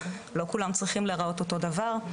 לא כולם צריכים להראות אותו דבר.